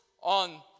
on